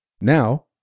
Now